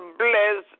bless